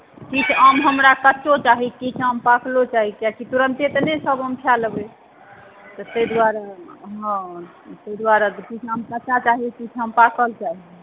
किछु आम हमरा कच्चो चाही किछु आम पाकलो चाही किया तऽ तुरन्ते तऽ नहि सभ आम खाए लेबै तऽ ताहि दुआरे किछु आम कच्चा चाही किछु आम पाकल चाही